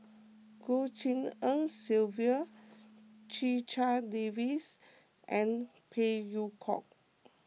Goh Tshin En Sylvia Checha Davies and Phey Yew Kok